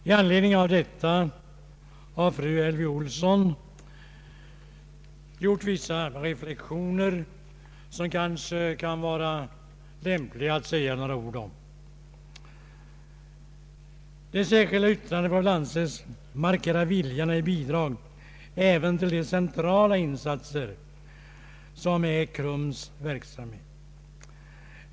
I anledning av detta har fru Elvy Olsson gjort vissa reflexioner, som det kan vara lämpligt att säga några ord om. Det särskilda yttrandet får väl anses markera viljan att ge bidrag även till de centrala insatserna i KRUM:s verksamhet.